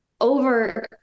over